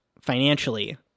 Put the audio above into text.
financially